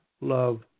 love